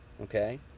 Okay